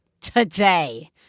today